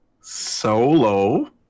Solo